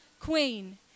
queen